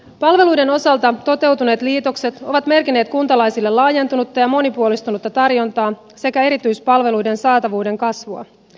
palveluiden osalta toteutuneet liitokset ovat merkinneet kuntalaisille laajentunutta ja monipuolistunutta tarjontaa sekä erityispalveluiden saatavuuden kasvua